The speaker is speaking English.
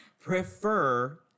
prefer